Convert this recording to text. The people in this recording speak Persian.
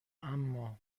اما